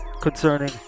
concerning